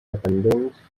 dependents